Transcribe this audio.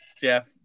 Jeff